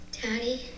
Daddy